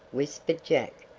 whispered jack.